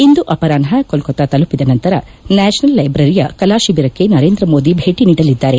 ಇಂದು ಅಪರಾಷ್ನ ಕೊಲ್ಲತಾ ತಲುಪಿದ ನಂತರ ನ್ಲಾಷನಲ್ ಲೆಬ್ರರಿಯ ಕಲಾ ಶಿವಿರಕ್ಷೆ ನರೇಂದ್ರ ಮೋದಿ ಭೇಟಿ ನೀಡಲಿದ್ದಾರೆ